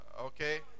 Okay